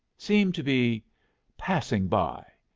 seem to be passing by.